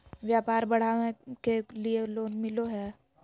व्यापार बढ़ावे के लिए लोन मिलो है?